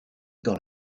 dans